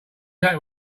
that